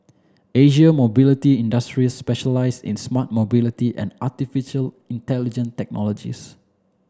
Asia Mobility Industries specializes in smart mobility and artificial intelligent technologies